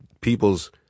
people's